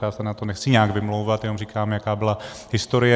Já se na to nechci nějak vymlouvat, jenom říkám, jaká byla historie.